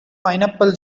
pineapple